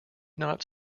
not